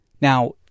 Now